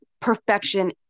perfection